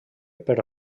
però